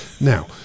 Now